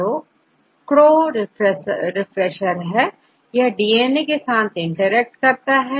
5CRO Cro repressor होता हैयह DNA के साथ इंटरेक्ट करता है